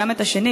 גם את השני,